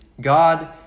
God